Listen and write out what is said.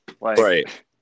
Right